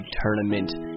tournament